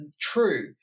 True